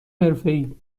حرفهای